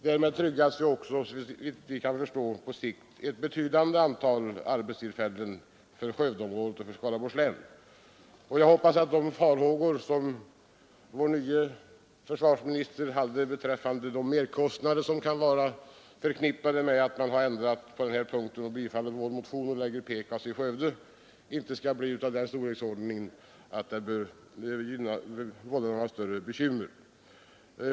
Därmed tryggas också, såvitt vi kan förstå, på sikt ett betydande antal arbetstillfällen för Skövdeområdet och Skaraborgs län. Jag hoppas att de farhågor vår nye försvarsminister hade beträffande de merkostnader som kan vara förknippade med att man ändrat på denna punkt, bifallit vår motion och förlagt PKAS till Skövde inte skall vålla några allvarligare bekymmer.